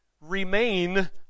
remain